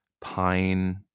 Pine